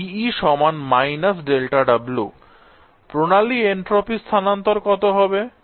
dE − δW প্রণালী entropy স্থানান্তর কত হবে